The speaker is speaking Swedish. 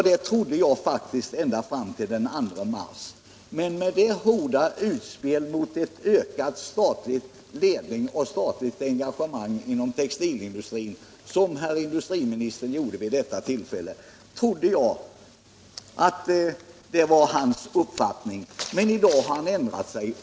Det trodde jag faktiskt också ända fram till den 2 mars, då industriministern gjorde sitt hårda utspel i riktning mot ett ökat statligt engagemang inom textilindustrin. Men i dag har han alltså ändrat sig.